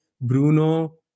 Bruno